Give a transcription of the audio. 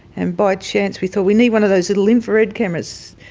and by chance we thought we need one of those little infrared cameras,